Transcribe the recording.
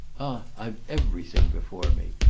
ah i've everything before me.